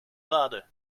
lade